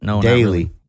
daily